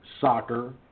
Soccer